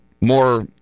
more